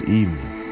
evening